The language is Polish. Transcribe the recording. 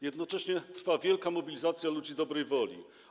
Jednocześnie trwa wielka mobilizacja ludzi dobrej woli.